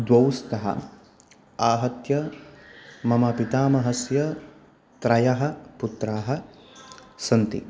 द्वौ स्तः आहत्य मम पितामहस्य त्रयः पुत्राः सन्ति